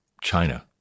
China